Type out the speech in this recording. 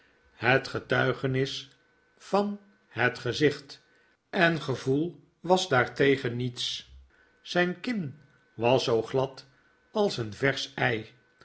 het getuigenis van het gezicht en gevoel was daartegen niets zijn kin was zoo glad als een versch ei